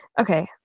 Okay